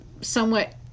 somewhat